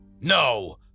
no